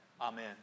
Amen